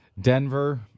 Denver